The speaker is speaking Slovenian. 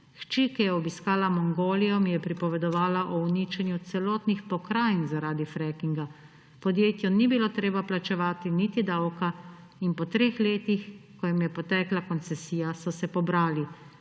Hči, ki je obiskala Mongolijo, mi je pripovedovala o uničenju celotnih pokrajin zaradi frackinga. Podjetjem ni bilo treba plačevati niti davka in po treh letih, ko jim je potekla koncesija, so se pobrali.